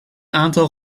aantal